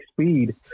speed